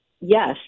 yes